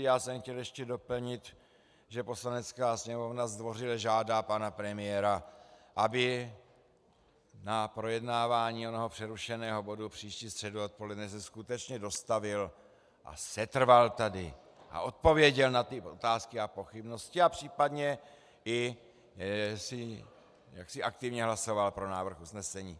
Já jsem chtěl ještě doplnit, že Poslanecká sněmovna zdvořile žádá pana premiéra, aby na projednávání onoho přerušeného bodu příští středu odpoledne se skutečně dostavil a setrval tady a odpověděl na ty otázky a pochybnosti a případně i aktivně hlasoval pro návrh usnesení.